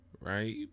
Right